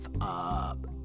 up